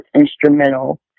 instrumental